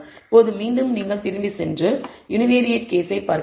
இப்போது மீண்டும் நீங்கள் திரும்பிச் சென்று யுனிவேரியேட் கேஸைப் பார்க்கலாம்